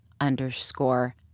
underscore